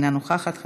אינה נוכחת.